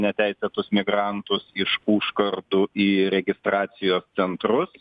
neteisėtus migrantus iš už kartu į registracijos centrus